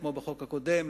כמו בחוק הקודם,